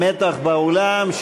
מתח באולם.